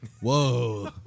Whoa